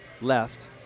left